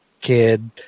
kid